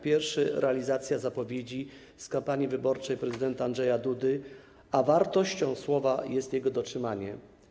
Pierwszy to realizacja zapowiedzi z kampanii wyborczej prezydenta Andrzeja Dudy, a wartością słowa jest jego dotrzymanie.